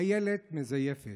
אילת מזייפת,